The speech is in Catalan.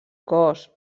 cos